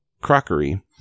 crockery